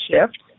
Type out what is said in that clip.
shift